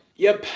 yep,